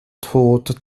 tot